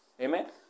Amen